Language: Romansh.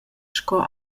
sco